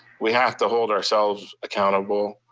we have to hold ourselves accountable.